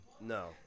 No